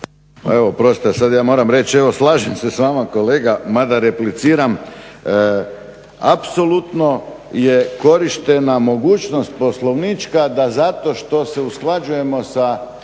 Evo oprostite, ja moram sada reći slažem se s vama kolega mada repliciram. Apsolutno je korištena mogućnost poslovnička da zato što se usklađujemo sa